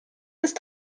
ist